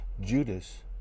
judas